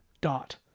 dot